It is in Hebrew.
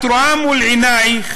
את רואה מול עינייך